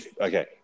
okay